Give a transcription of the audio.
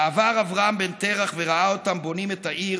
ועבר אברהם בן תרח וראה אותם בונים את העיר